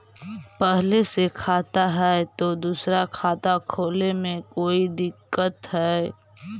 पहले से खाता है तो दूसरा खाता खोले में कोई दिक्कत है?